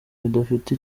bidafite